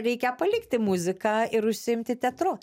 reikia palikti muziką ir užsiimti teatru